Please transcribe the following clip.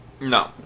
No